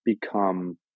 become